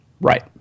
Right